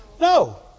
No